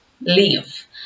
leave